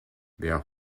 wer